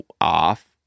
off